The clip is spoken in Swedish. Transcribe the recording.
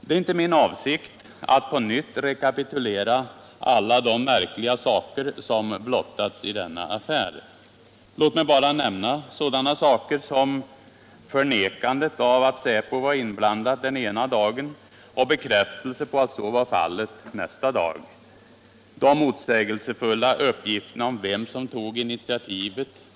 Det är inte min avsikt att rekapitulera alla de märkliga saker som blottats i denna affär. Låt mig bara nämna sådana saker som förnekandet av att Säpo var inblandad ena dagen och bekräftelsen på att så var fallet nästa dag; de motsägelsefulla uppgifterna om vem som tog initiativet.